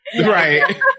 Right